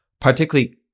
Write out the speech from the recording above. Particularly